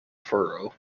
furrow